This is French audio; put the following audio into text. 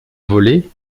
volé